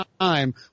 time